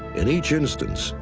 in each instance,